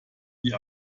die